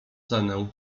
cenę